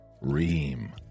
Reem